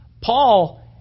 Paul